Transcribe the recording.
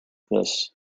this